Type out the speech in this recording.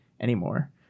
anymore